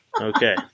Okay